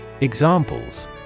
Examples